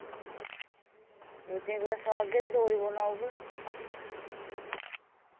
जे कुतै सखागे ते डोगरी बोलना औग